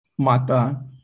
Mata